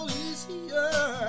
easier